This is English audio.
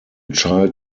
child